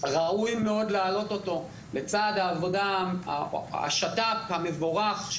ראוי מאוד להעלות אותו לצד העבודה ושיתוף הפעולה הנרחב יותר